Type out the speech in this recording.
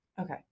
Okay